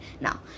now